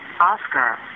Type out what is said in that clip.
oscar